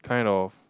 kind of